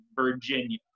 Virginia